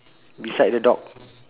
beside the dog